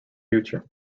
future